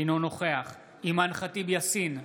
אינו נוכח אימאן ח'טיב יאסין,